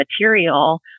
material